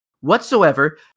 whatsoever